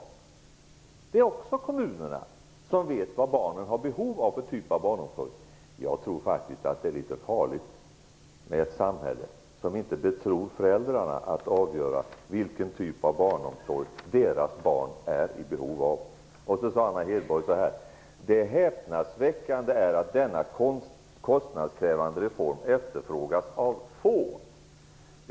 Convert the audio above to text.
Är det alltså kommunerna som vet vilken typ av barnomsorg barnen har behov av? Jag tror att det är litet farligt med ett samhälle som inte betror föräldrarna att avgöra vilken typ av barnomsorg deras barn är i behov av. Vidare sade Anna Hedborg att det är häpnadsväckande att denna kostnadskrävande reform efterfrågas av så få.